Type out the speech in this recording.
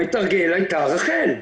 המתרגל היתה רח"ל.